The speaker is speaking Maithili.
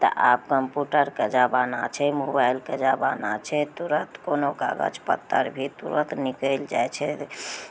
तऽ आब कम्प्यूटरके जमाना छै मोबाइलके जमाना छै तुरत कोनो कागज पत्तर भी तुरत निकलि जाइ छै